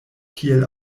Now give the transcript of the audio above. kiel